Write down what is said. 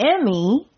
Emmy